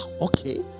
okay